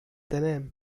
تنام